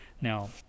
Now